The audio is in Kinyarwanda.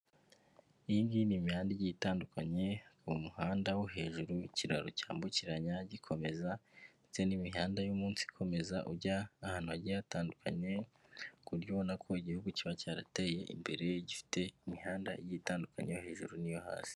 Iyi ngiyi ni imihanda igi itandukanye, umuhanda wo hejuru w'ikiraro cyambukiranya gikomeza ndetse n'imihanda yo munsi ikomeza ujya ahantu hagiye hatandukanye ku buryo ubona ko igihugu kiba cyarateye imbere gifite imihanda igiye itandukanye yo hejuru n'iyo hasi.